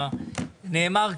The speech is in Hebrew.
נאמר כאן,